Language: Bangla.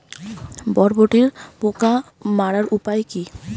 বরবটির পোকা মারার উপায় কি?